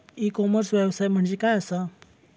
E commerce व्यवसाय म्हणजे काय असा?